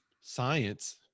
science